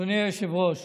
אדוני היושב-ראש,